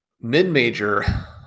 mid-major